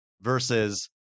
versus